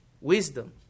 wisdom